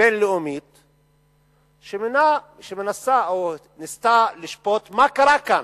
בין-לאומית שמנסה, או ניסתה, לשפוט מה קרה כאן.